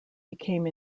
became